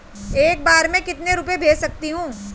एक बार में मैं कितने रुपये भेज सकती हूँ?